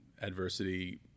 adversity